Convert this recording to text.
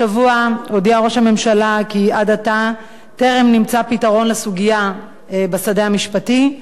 השבוע הודיע ראש הממשלה כי עד עתה טרם נמצא פתרון לסוגיה בשדה המשפטי,